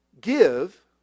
give